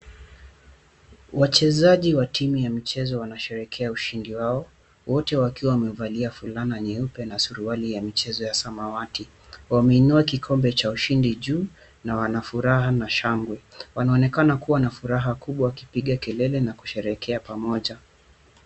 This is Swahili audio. Wachezaji wa timu ya mchezo wanasherekea ushindi wao, wote wakiwa wamevalia fulana meupe na furaha ya mchezo wa samawati, wameinuwa kikombe cha ushindi juu na wanafuraha na shangwe wanaonekana kuwa na furaha kubwa wakipiga kelele na kusherekea pamoja.